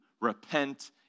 repent